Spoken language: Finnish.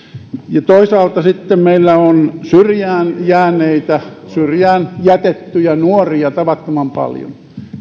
verran toisaalta meillä on syrjään jääneitä syrjään jätettyjä nuoria tavattoman paljon